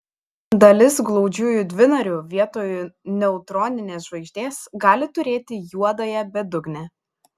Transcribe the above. dalis glaudžiųjų dvinarių vietoj neutroninės žvaigždės gali turėti juodąją bedugnę